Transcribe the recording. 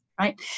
right